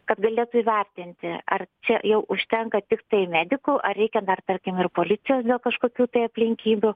kad galėtų įvertinti ar čia jau užtenka tiktai medikų ar reikia dar tarkim ar policijos dėl kažkokių tai aplinkybių